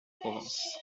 provence